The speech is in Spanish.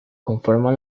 conforma